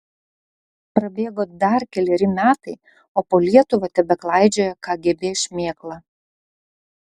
prabėgo dar keleri metai o po lietuvą tebeklaidžioja kgb šmėkla